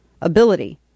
ability